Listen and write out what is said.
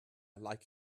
like